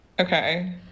okay